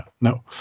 no